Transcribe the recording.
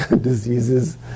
diseases